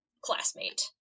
classmate